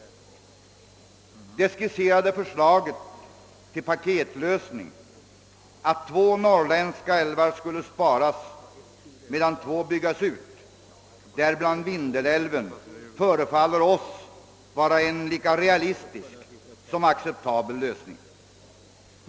———. Det skisserade förslaget till ”paketlösning”, att två norrländska älvar sparas medan två byggs ut, däribland Vindelälven, förefaller oss vara en lika realistisk som acceptabel lösning.